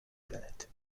planète